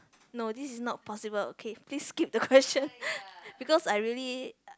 no this is not possible okay please skip the question because I really